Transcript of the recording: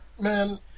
Man